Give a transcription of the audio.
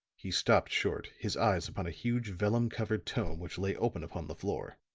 he stopped short, his eyes upon a huge vellum covered tome which lay open upon the floor.